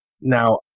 Now